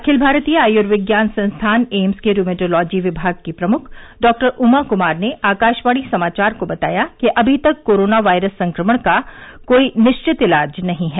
अखिल भारतीय आयुर्विज्ञान संस्थान एम्स के रुमेटोलॉजी विभाग की प्रमुख डॉक्टर उमा कुमार ने आकाशवाणी समाचार को बताया कि अभी तक कोरोनो वायरस संक्रमण का कोई निश्चित इलाज नहीं है